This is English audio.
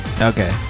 Okay